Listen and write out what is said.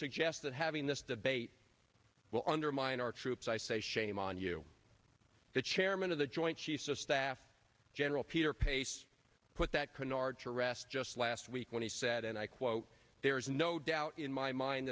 suggest that having this debate will undermine our troops i say shame on you the chairman of the joint chiefs of staff general peter pace put that canard to rest just last week when he said and i quote there is no doubt in my mind